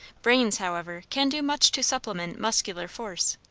brains, however, can do much to supplement muscular force.